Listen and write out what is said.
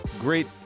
great